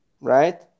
right